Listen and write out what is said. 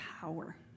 power